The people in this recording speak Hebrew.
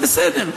זה בסדר.